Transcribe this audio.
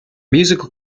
musical